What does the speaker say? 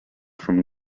from